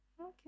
Okay